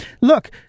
look